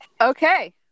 Okay